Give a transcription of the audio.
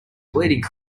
bleeding